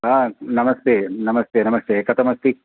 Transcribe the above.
हा नमस्ते नमस्ते नमस्ते कथमस्ति